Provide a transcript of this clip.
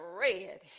red